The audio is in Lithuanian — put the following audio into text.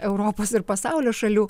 europos ir pasaulio šalių